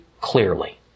clearly